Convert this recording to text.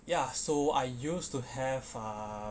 ya so I used to have a